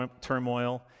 turmoil